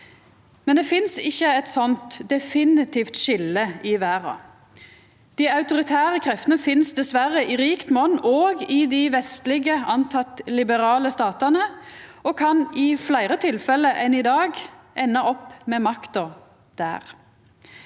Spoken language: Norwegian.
Men det finst ikkje eit slikt definitivt skilje i verda. Dei autoritære kreftene finst dessverre i rik mon òg i dei vestlege såkalla liberale statane og kan i fleire tilfelle enn i dag enda opp med makta der.